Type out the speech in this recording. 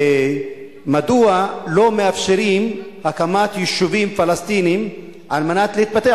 מדוע לא מאפשרים הקמת יישובים פלסטיניים על מנת להתפתח,